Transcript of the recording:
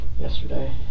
Yesterday